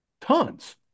Tons